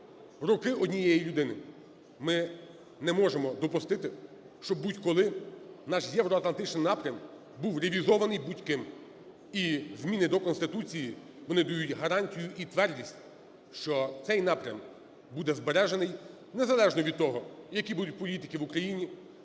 руки однієї людини. Ми не можемо допустити, щоб будь-коли наш євроатлантичний напрям був ревізований будь-ким. І зміни до Конституції вони дають гарантію і твердіть, що цей напрям буде збережений незалежно від того, які будуть політики в Україні